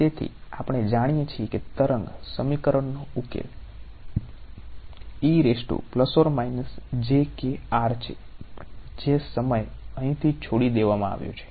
તેથી આપણે જાણીએ છીએ કે તરંગ સમીકરણનો ઉકેલ છે જે સમય અહીંથી છોડી દેવામાં આવ્યો છે